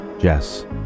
Jess